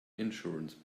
insurance